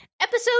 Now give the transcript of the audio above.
Episode